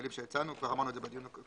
המילים שהצענו, כבר אמרנו את זה בדיון הקודם.